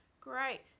great